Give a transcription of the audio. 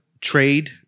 trade